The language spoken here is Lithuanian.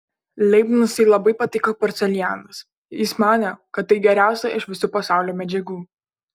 leibnicui labai patiko porcelianas jis manė kad tai geriausia iš visų pasaulio medžiagų